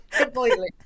completely